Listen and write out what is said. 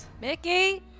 Mickey